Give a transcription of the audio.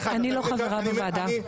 אני לא חברת הוועדה.